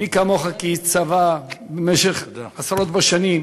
מי כמוך, כאיש צבא במשך עשרות בשנים,